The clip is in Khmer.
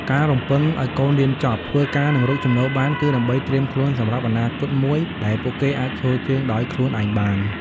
ការរំពឹងឲ្យកូនរៀនចប់ ធ្វើការ និងរកចំណូលបាន គឺដើម្បីត្រៀមខ្លួនសម្រាប់អនាគតមួយដែលពួកគេអាចឈរជើងដោយខ្លួនឯងបាន។